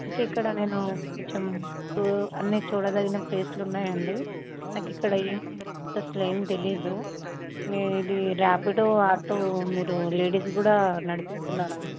అంటే ఇక్కడ నేను కొంచెం చూ అన్నీ చూడదగిన ప్లేసులు ఉన్నాయండి నాకు ఇక్కడ ఏమి అడ్రెస్లు ఏమి తెలియదు మే ఇది రాపిడో ఆటో మీరు లేడీస్ కూడా నడిపిస్తున్నారా అండి